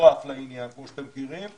מטורף לעניין, כמו שאתם מכירים,